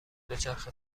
دوچرخه